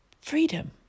Freedom